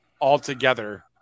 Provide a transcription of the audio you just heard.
altogether